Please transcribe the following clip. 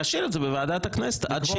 מה לעשות?